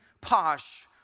Posh